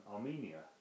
Armenia